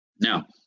now